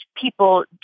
people